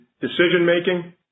decision-making